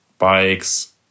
bikes